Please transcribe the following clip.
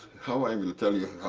how i will tell you?